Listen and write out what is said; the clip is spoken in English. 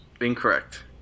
Incorrect